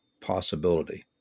possibility